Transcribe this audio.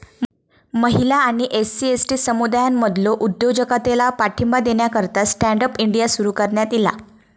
महिला आणि SC, ST समुदायांमधलो उद्योजकतेला पाठिंबा देण्याकरता स्टँड अप इंडिया सुरू करण्यात ईला